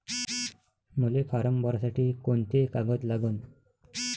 मले फारम भरासाठी कोंते कागद लागन?